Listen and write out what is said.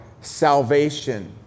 salvation